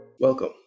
Welcome